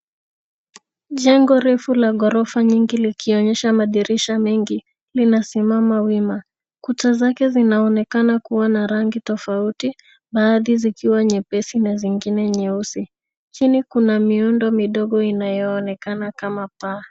Jengo refu la ghorofa nyingi likionyesha madirisha mengi, linasimama wima. Kuta zake zinaonekana kua na rangi tofauti, baadhi zikiwa nyepesi na zingine nyeusi. Chini kuna miundo midogo inayoonekana kama paa.